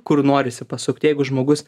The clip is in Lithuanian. kur norisi pasukti jeigu žmogus